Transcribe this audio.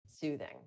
soothing